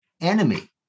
enemy